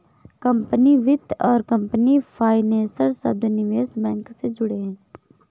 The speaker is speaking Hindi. कंपनी वित्त और कंपनी फाइनेंसर शब्द निवेश बैंक से जुड़े हैं